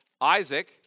Isaac